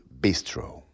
Bistro